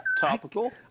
topical